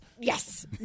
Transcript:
Yes